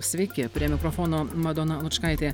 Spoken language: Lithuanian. sveiki prie mikrofono madona lučkaitė